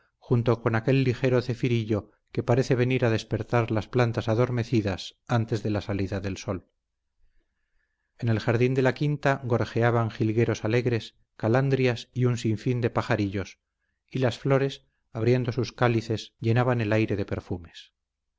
junto con aquel ligero cefirillo que parece venir a despertar las plantas adormecidas antes de la salida del sol en el jardín de la quinta gorjeaban jilgueros alegres calandrias y un sinfín de pajarillos y las flores abriendo sus cálices llenaban el aire de perfumes